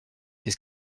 que